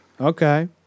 Okay